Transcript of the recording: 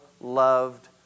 loved